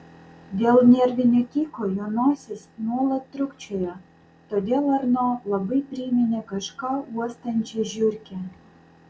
dėl nervinio tiko jo nosis nuolat trūkčiojo todėl arno labai priminė kažką uostančią žiurkę